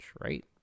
right